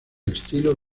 estilo